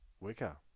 Wicker